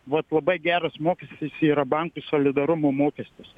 vat labai geras mokestis yra bankų solidarumo mokestis